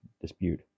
dispute